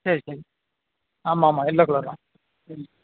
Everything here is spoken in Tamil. சரி சரி ஆமாம் ஆமாம் எல்லோ கலர் தான் ம்